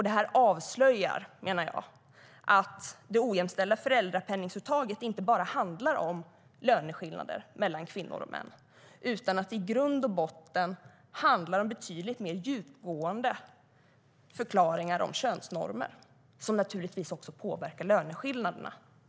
Detta avslöjar, menar jag, att det ojämställda föräldrapenningsuttaget inte bara handlar om löneskillnader mellan kvinnor och män, utan att det i grund och botten handlar om betydligt mer djupgående förklaringar om könsnormer, som naturligtvis också påverkar löneskillnaderna.